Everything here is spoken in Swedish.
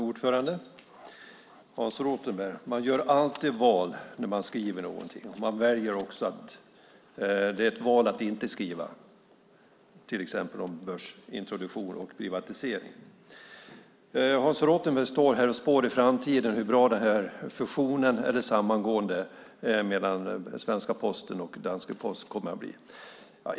Fru talman! Hans Rothenberg, man gör alltid val när man skriver någonting. Det är också ett val att inte skriva till exempel om börsintroduktion och privatisering. Hans Rothenberg står här och spår i framtiden om hur bra fusionen eller samgåendet mellan svenska Posten och danska Posten kommer att bli.